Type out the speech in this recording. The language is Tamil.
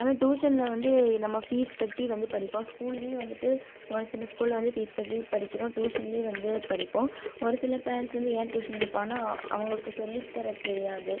ஆனால் டியூஷனில் வந்து நம்ம ஃபீஸ் கட்டி வந்து படிப்போம் ஸ்கூல்லேயும் வந்துட்டு ஒரு சில ஸ்கூலில் வந்து ஃபீஸ் கட்டி படிக்கிறோம் டியூஷன்லேயும் வந்து படிப்போம் ஒரு சில பேரண்ட்ஸ் வந்து ஏன் டியூஷன் அனுப்புவாங்கன்னா அவங்களுக்கு சொல்லித் தர தெரியாது